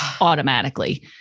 automatically